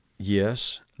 yes